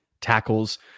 tackles